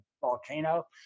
Volcano